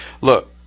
look